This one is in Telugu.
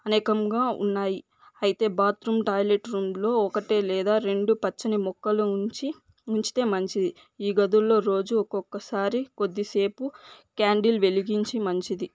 అనేకంగా ఉన్నాయి అయితే బాత్రూమ్ టాయిలెట్ రెండూ ఒకటే లేదా రెండు పచ్చని మొక్కలు ఉంచి ఉంచితే మంచిది ఈ గదుల్లో రోజు ఒకొక్క సారి కొద్ది సేపు క్యాండిల్ వెలిగించి మంచిది